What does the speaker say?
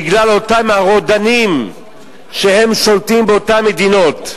בגלל אותם הרודנים ששולטים באותן מדינות.